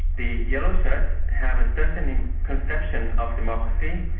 the yellow-shirts have a certain conception of democracy,